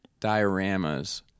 dioramas